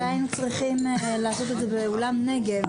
אולי היינו צריכים לעשות את זה באולם נגב.